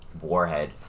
warhead